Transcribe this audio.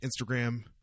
instagram